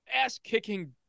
ass-kicking